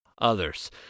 others